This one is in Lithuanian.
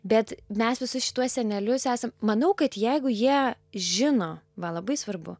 bet mes visus šituos senelius esam manau kad jeigu jie žinova labai svarbu